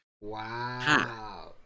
Wow